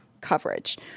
coverage